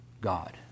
God